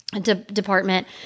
department